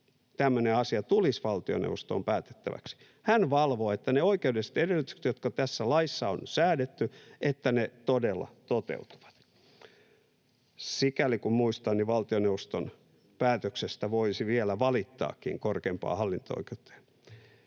tämmöinen asia tulisi valtioneuvostoon päätettäväksi, niin ne oikeudelliset edellytykset, jotka tässä laissa on säädetty, todella toteutuvat. Sikäli kuin muistan, niin valtioneuvoston päätöksestä voisi vielä valittaakin korkeimpaan hallinto-oikeuteen.